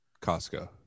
Costco